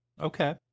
okay